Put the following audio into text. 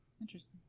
interesting